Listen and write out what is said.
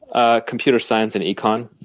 ah computer science and econ.